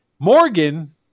Morgan